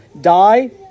die